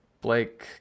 Blake